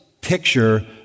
picture